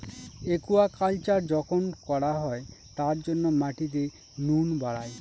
aquaculture যখন করা হয় তার জন্য মাটিতে নুন বাড়ায়